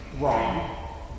wrong